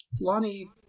Lonnie